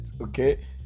okay